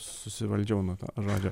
susivaldžiau nuo to žodžio